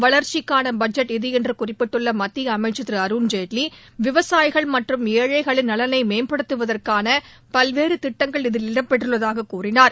வளர்ச்சிக்கான பட்ஜெட் இது என்று குறிப்பிட்டுள்ள மத்திய அமைச்சர் திரு அருண்ஜேட்லி விவசாயிகள் மற்றும் ஏழைகளின் நலனை மேம்படுத்தவதற்கான பல்வேறு திட்டங்கள் இதில இடம்பெற்றுள்ளதாகக் கூறினார்